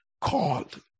called